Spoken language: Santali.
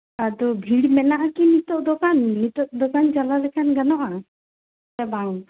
ᱟᱫᱚ ᱵᱷᱤᱲ ᱢᱮᱱᱟᱜᱼᱟ ᱠᱤ ᱱᱤᱛᱳᱜ ᱫᱚᱠᱟᱱ ᱱᱤᱛᱳᱜ ᱫᱚᱠᱟᱱ ᱪᱟᱞᱟᱣ ᱞᱮᱱᱠᱷᱟᱱ ᱜᱟᱱᱚᱜᱼᱟ ᱥᱮ ᱵᱟᱝ